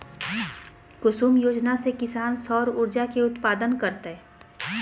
कुसुम योजना से किसान सौर ऊर्जा के उत्पादन करतय